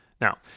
Now